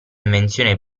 invenzione